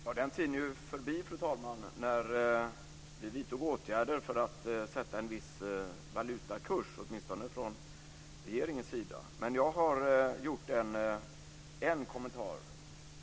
Fru talman! Den tiden är förbi när vi, åtminstone från regeringens sida, vidtog åtgärder för att sätta en viss valutakurs. Jag har gjort en kommentar.